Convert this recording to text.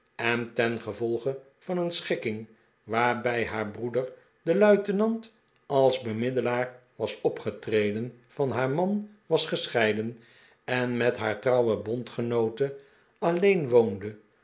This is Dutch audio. en ten gevolge van eeh schikking waarbij haar broeder de luitenant als bemiddelaar was opgetreden van haar man was gescheiden en met haar trouwe bondgenoote alleen woonde